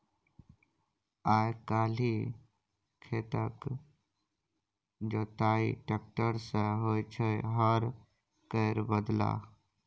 आइ काल्हि खेतक जोताई टेक्टर सँ होइ छै हर केर बदला